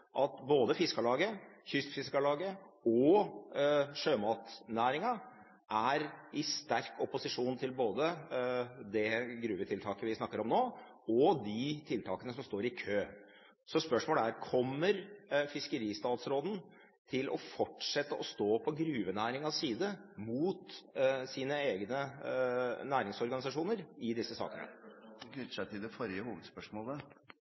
at både Fiskarlaget, Kystfiskarlaget og sjømatnæringen er i sterk opposisjon til både det gruvetiltaket vi snakker om nå, og til de tiltakene som står i kø. Så spørsmålet er: Kommer fiskeristatsråden til å fortsette å stå på gruvenæringens side mot sine egne næringsorganisasjoner i disse … Dette er et spørsmål som knytter seg til det forrige hovedspørsmålet,